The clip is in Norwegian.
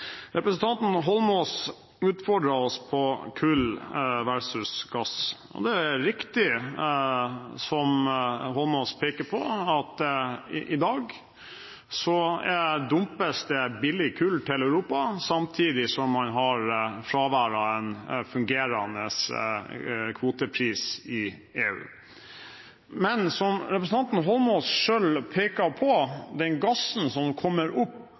Representanten Eidsvoll Holmås utfordret oss på kull versus gass. Det er riktig, som Eidsvoll Holmås peker på, at i dag dumpes det billig kull til Europa samtidig som man har fravær av en fungerende kvotepris i EU. Men som representanten Eidsvoll Holmås selv peker på, kommer den gassen som kommer opp